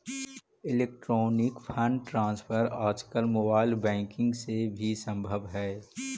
electronic fund transfer आजकल mobile banking से भी संभव हइ